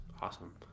awesome